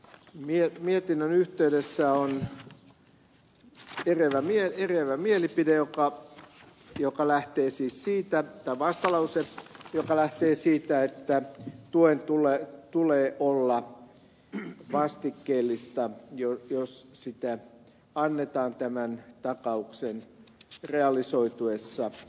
valtiovarainvaliokunnan mietinnön yhteydessä oli säkenöivän mie eriävä mielipide ukko joka lähtee siis siitä on vastalause joka lähtee siitä että tuen tulee olla vastikkeellista jos sitä annetaan takauksen realisoituessa